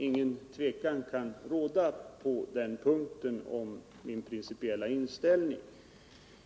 Inget tvivel kan råda om min principiella inställning på den punkten.